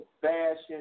fashion